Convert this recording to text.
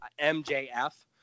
MJF